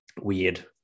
weird